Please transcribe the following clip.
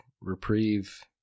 reprieve